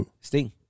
Sting